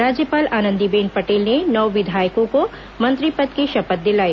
राज्यपाल आनंदीबेन पटेल ने नौ विधायकों को मंत्री पद की शपथ दिलाई